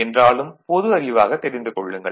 என்றாலும் பொது அறிவாக தெரிந்து கொள்ளுங்கள்